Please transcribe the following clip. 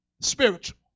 spiritual